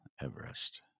Everest